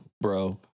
bro